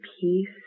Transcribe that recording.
peace